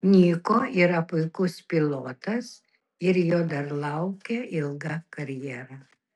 niko yra puikus pilotas ir jo dar laukia ilga karjera